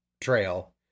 trail